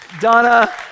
Donna